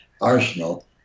arsenal